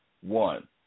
one